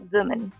Women